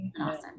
awesome